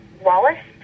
Wallace